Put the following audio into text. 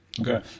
Okay